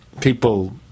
people